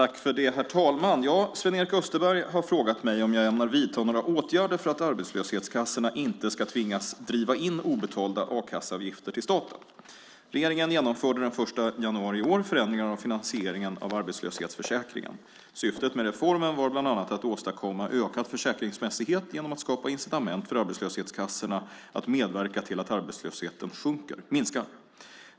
Herr talman! Sven-Erik Österberg har frågat mig om jag ämnar vidta några åtgärder för att arbetslöshetskassorna inte ska tvingas driva in obetalda a-kasseavgifter till staten. Regeringen genomförde den 1 januari i år förändringar av finansieringen av arbetslöshetsförsäkringen. Syftet med reformen var bland annat att åstadkomma ökad försäkringsmässighet genom att skapa incitament för arbetslöshetskassorna att medverka till att arbetslösheten minskar.